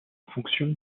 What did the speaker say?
fonction